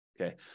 okay